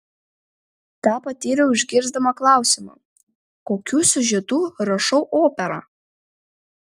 tą patyriau išgirsdama klausimą kokiu siužetu rašau operą